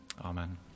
Amen